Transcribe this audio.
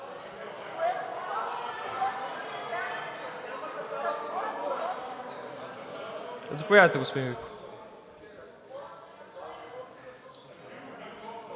Заповядайте, господи Биков.